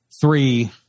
three